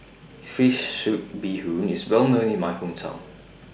Fish Soup Bee Hoon IS Well known in My Hometown